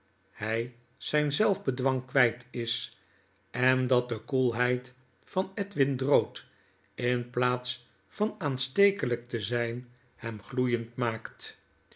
dathy zyn zelfbedwang kwyt is en dat de koelheid van edwin drood in plaats van aanstekelyk te zijn hem gloeiend maakt